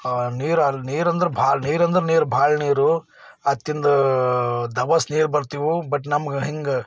ಆ ನೀರು ಅಲ್ಲಿ ನೀರಂದ್ರೆ ಭಾಳ ನೀರಂದರೆ ನೀರು ಭಾಳ ನೀರು ಅತ್ತಿಂದ ದಬಾಸಿ ನೀರು ಬರ್ತಿದ್ವು ಬಟ್ ನಮ್ಗೆ ಹಿಂಗ